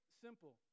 simple